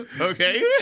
Okay